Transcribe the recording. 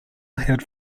had